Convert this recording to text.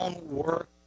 work